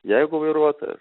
jeigu vairuotojas